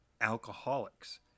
Alcoholics